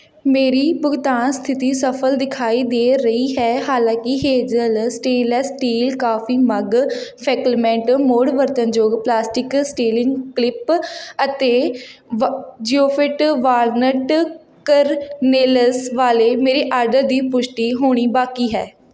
ਮੇਰੀ ਭੁਗਤਾਨ ਸਥਿਤੀ ਸਫਲ ਦਿਖਾਈ ਦੇ ਰਹੀ ਹੈ ਹਾਲਾਂਕਿ Hazel stainless steel coffee mug ਫੈਕਲਮੈਂਟ ਮੁੜ ਵਰਤਣਯੋਗ ਪਲਾਸਟਿਕ ਸਟੀਲਿੰਗ ਕਲਿੱਪ ਅਤੇ ਵ ਜ਼ਿਓਫਿੱਟ ਵਾਲਨਟ ਕਰਨੇਲਸ ਵਾਲੇ ਮੇਰੇ ਆਰਡਰ ਦੀ ਪੁਸ਼ਟੀ ਹੋਣੀ ਬਾਕੀ ਹੈ